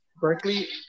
Berkeley